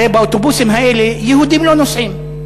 הרי באוטובוסים האלה יהודים לא נוסעים.